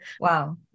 Wow